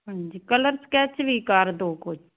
ਹਾਂਜੀ colour sketch ਵੀ ਕਰ ਦਿਓ ਕੁਝ